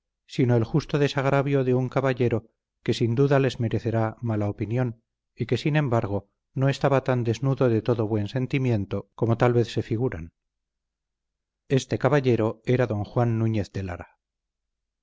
sino el justo desagravio de un caballero que sin duda les merecerá mala opinión y que sin embargo no estaba tan desnudo de todo buen sentimiento como tal vez se figuran este caballero era don juan núñez de lara